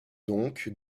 donc